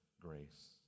grace